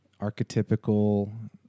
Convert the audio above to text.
archetypical